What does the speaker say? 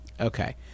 Okay